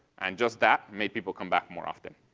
and just that made people come back more often.